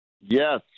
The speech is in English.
Yes